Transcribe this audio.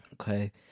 Okay